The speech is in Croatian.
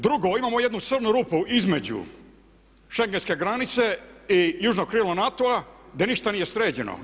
Drugo, imamo jednu crnu rupu između schengenske granice i južno krilo NATO-a gdje ništa nije sređeno.